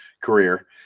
career